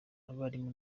abarimu